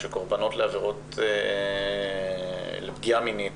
שקורבנות לעבירות פגיעה מינית